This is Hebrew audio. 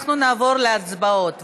אנחנו נעבור להצבעות,